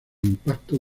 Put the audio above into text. impactos